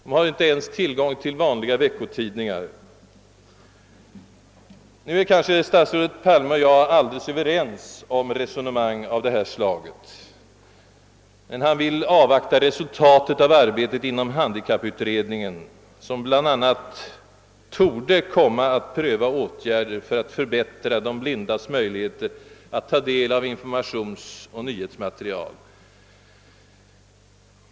De har inte ens tillgång till material motsvarande vad vanliga veckotidningar tillhandahåller. "Kanske statsrådet Palme och jag är alldeles överens om resonemang av denna typ, men han vill avvakta resultatet av arbetet inom handikapputredningen, som bl.a. torde komma att pröva åtgärder för att förbättra de blindas möjligheter att ta del av informationsoch nyhetsmaterial.